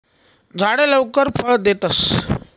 झाडे लवकर फळ देतस